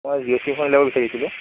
হয় Jio SIM এখন ল'ব বিচাৰিছিলোঁ